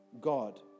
God